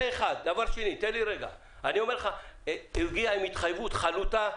דבר שני הוא הגיע עם התחייבות חלוטה,